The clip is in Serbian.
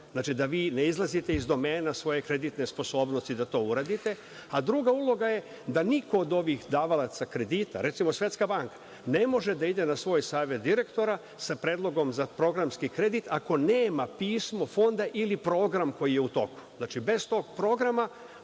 znači, da vi ne izlazite iz domena svoje kreditne sposobnosti da to uradite. Druga uloga je da niko od ovih davalaca kredita, recimo Svetska banka, ne može da ide na svoj savet direktora sa predlogom za programski kredit ako nema pismo Fonda ili program koji je u toku. Znači, bez tog programa